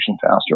faster